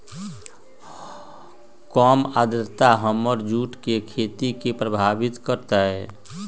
कम आद्रता हमर जुट के खेती के प्रभावित कारतै?